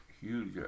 huge